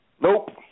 Nope